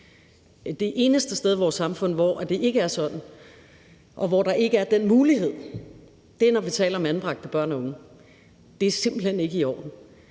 Det eneste sted i vores samfund, hvor det ikke er sådan, og hvor der ikke er den mulighed, er i forbindelse med anbragte børn og unge. Det er simpelt hen ikke i orden.